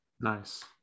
Nice